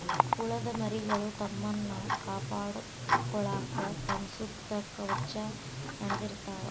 ಹುಳದ ಮರಿಗಳು ತಮ್ಮನ್ನ ಕಾಪಾಡಕೊಳಾಕ ತಮ್ಮ ಸುತ್ತ ಕವಚಾ ಹೆಣದಿರತಾವ